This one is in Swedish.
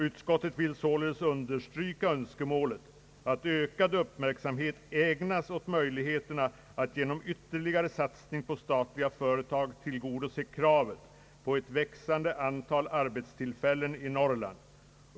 ——-— Utskottet vill sålunda understryka önskemålet att ökad uppmärksamhet ägnas åt möjligheterna att genom ytterligare satsning på statliga företag tillgodose kravet på ett växande antal arbetstillfällen i Norrland.